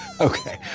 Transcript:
Okay